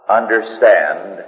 understand